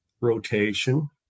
rotation